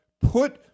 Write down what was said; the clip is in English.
Put